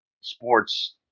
sports